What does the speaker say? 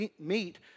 meet